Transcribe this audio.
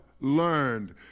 learned